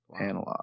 analog